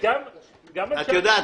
את יודעת,